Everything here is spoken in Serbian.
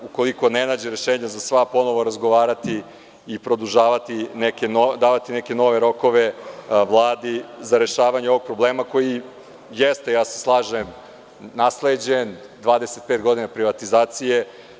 Ukoliko ne nađe rešenje, ponovo ćemo razgovarati i davati neke nove rokove Vladi za rešavanje ovog problema koji jeste, slažem se, nasleđen, 25 godina privatizacije.